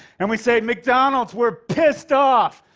and we say, mcdonald's, we're pissed off!